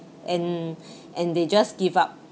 and and they just give up